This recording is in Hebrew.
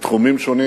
בתחומים שונים.